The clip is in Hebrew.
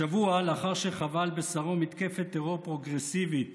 השבוע, לאחר שחווה על בשרו מתקפת טרור פרוגרסיבית